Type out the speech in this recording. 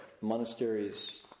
monasteries